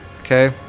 Okay